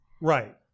Right